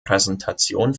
präsentation